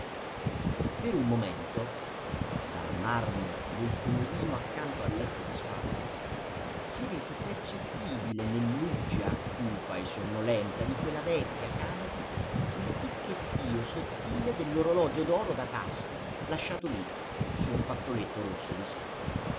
per un momento dal marmo del comodino accanto al letto disfatto si rese percettibile nell'uggia cupa e sonnolenta di quella vecchia camera il ticchettio sottile dell'orologio d'oro da tasca lasciato lì su un fazzoletto rosso di seta